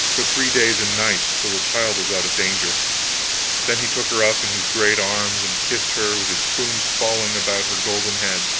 for three days and nights, till the child was out of danger then he took her up in his great arms and kissed her, with his plumes falling about her golden head,